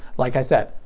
like i said,